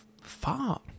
far